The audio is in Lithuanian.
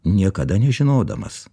niekada nežinodamas